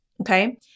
Okay